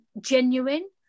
genuine